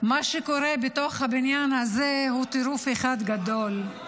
מה שקורה בתוך הבניין הזה הוא טירוף אחד גדול.